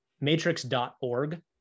matrix.org